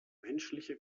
menschliche